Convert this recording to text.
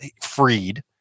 freed